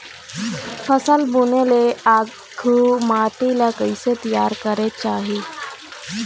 फसल बुने ले आघु माटी ला कइसे तियार करेक चाही?